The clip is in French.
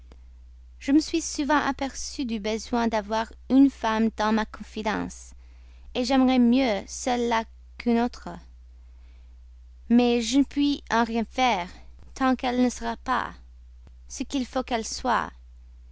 je me suis souvent aperçue du besoin d'avoir une femme dans ma confidence j'aimerais mieux celle-là qu'une autre mais je ne puis en rien faire tant qu'elle ne sera pas ce qu'il faut qu'elle soit